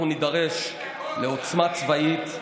אנחנו נידרש לעוצמה צבאית,